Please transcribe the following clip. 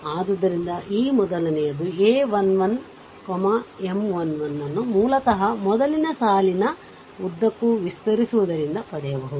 ಆದ್ದರಿಂದ ಈ ಮೊದಲನೆಯದು a 1 1 M 1 1 ಅನ್ನು ಮೂಲತಃ ಮೊದಲ ಸಾಲಿನ ಉದ್ದಕ್ಕೂ ವಿಸ್ತರಿಸುವುದರಿಂದ ಪಡೆಯಬಹುದು